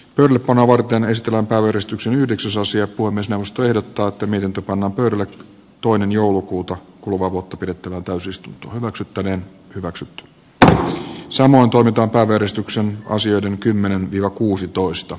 orpana varten estävän kaloristuksen yhdeksän suosi apua myös joustojen saattaminen tuplanopeudelle toinen joulukuuta kuluvaa vuotta pidetty valtausista maksettaneen raksut tää sai näin todetaan kaveristuksen osioiden kymmenen kuusitoista